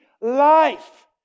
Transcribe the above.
Life